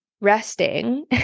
resting